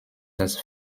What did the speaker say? das